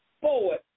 forward